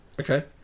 Okay